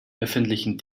öffentlichen